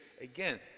again